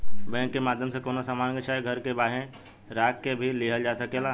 bank के माध्यम से कवनो सामान के चाहे घर के बांहे राख के भी लिहल जा सकेला